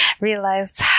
realize